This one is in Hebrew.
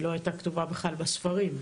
והיא לא היתה כתובה בכלל בספרים.